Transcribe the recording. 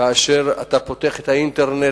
כאשר אתה פותח את האינטרנט,